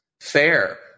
fair